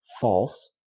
false